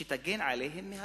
שתגן עליהן מהדרכים.